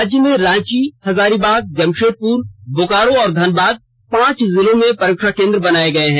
राज्य में रांची हजारीबाग जमशेदपुर बोकारो और धनबाद पांच जिलों में परीक्षा केन्द्र बनाए गए हैं